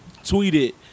tweeted